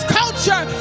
culture